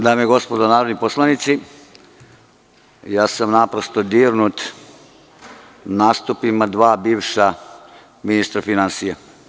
Dame i gospodo narodni poslanici, naprosto sam dirnut nastupima dva bivša ministra finansija.